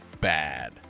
bad